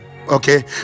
okay